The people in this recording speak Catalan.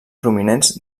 prominents